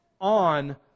on